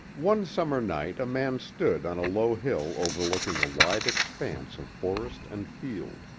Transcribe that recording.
one summer night a man stood on a low hill overlooking a wide expanse of forest and field.